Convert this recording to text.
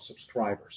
subscribers